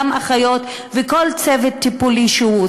אחיות וכל צוות טיפולי כלשהו.